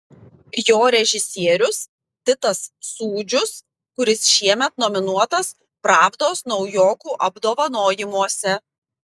jo režisierius titas sūdžius kuris šiemet nominuotas pravdos naujokų apdovanojimuose